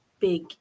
Big